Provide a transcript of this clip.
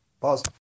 Pause